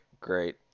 great